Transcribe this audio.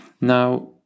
Now